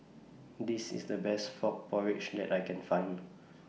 This IS The Best Frog Porridge that I Can Find